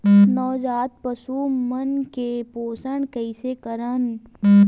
नवजात पशु मन के पोषण कइसे करन?